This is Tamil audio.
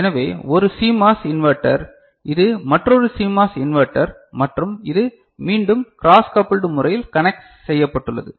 எனவே ஒரு CMOS இன்வெர்ட்டர் இது மற்றொரு CMOS இன்வெர்ட்டர் மற்றும் இது மீண்டும் க்ராஸ் கபுல்ட் முறையில் கனக்ட் செய்யப்பட்டுள்ளது